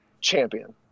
champion